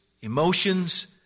emotions